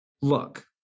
look